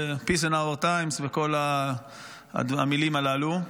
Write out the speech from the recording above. peace in our times וכל המילים הללו,